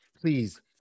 please